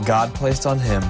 god placed on him